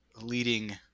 leading